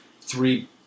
three